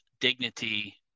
dignity